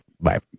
Bye